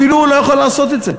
אפילו הוא לא יכול לעשות את זה.